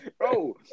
bro